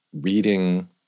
reading